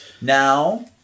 now